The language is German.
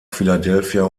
philadelphia